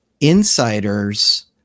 insiders